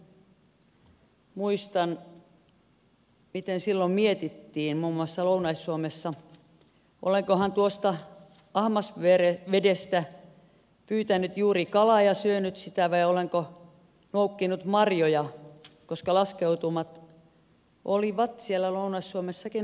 muistan miten silloin mietittiin muun muassa lounais suomessa olenkohan tuosta ahmasvedestä pyytänyt juuri kalaa ja syönyt sitä vai olenko noukkinut marjoja koska laskeumat olivat siellä lounais suomessakin aika isot